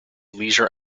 leisure